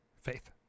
faith